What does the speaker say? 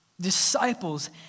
Disciples